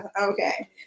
Okay